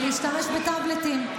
אפשר לעשות שינוי ולהשתמש בטאבלטים.